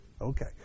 Okay